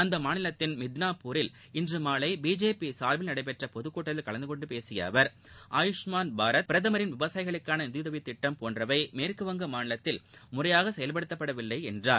அந்த மாநிலத்தின் மிட்னாபூரில் இன்று மாலை பிஜேபி சார்பில் நடைபெற்ற பொதுக்கூட்டத்தில் கலந்துகொண்டு பேசிய அவர் ஆயுஷ்மான் பாரத் பிரதமரின் விவசாயிகளுக்கான நிதியுதவி திட்டம் போன்றவை மேற்குவங்க மாநிலத்தில் முறையாக செயல்படுத்தப்படவில்லை என்றார்